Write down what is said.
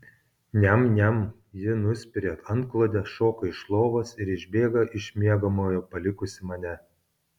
niam niam ji nuspiria antklodę šoka iš lovos ir išbėga iš miegamojo palikusi mane